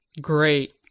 great